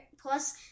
Plus